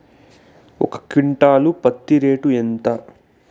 ఒక క్వింటాలు పత్తి రేటు ఎంత?